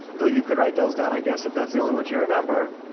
though you could write those down i guess if that's the only ones you remember.